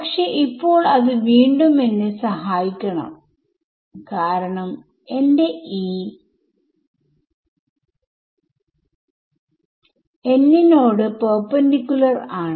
പക്ഷെ ഇപ്പോൾ അത് വീണ്ടും എന്നെ സഹായിക്കണം കാരണം എന്റെ E നോട് പെർപെന്റിക്കുലർ ആണ്